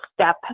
step